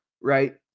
right